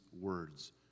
words